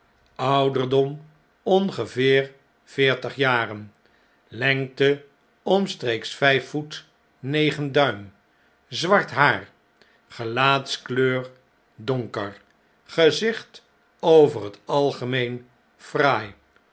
ouderdom ongeveer veertig jaren lengte omstreeks vjjf voet negen duim zwart haar gelaatskleur donker gezicht over het algemeen fraai